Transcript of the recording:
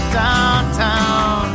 downtown